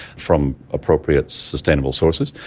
from appropriate sustainable sources,